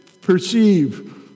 perceive